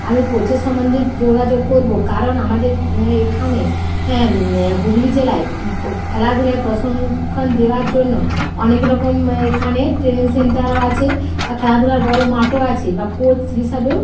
আমি কোচের সম্বন্ধে যোগাযোগ করব কারণ আমাদের এখানে হ্যাঁ হুগলি জেলায় খেলাধূলায় প্রশিক্ষণ দেওয়ার জন্য অনেক রকম এখানে ট্রেনিং সেন্টার আর আছে বা খেলাধূলার বড় মাঠও আছে বা কোচ হিসাবেও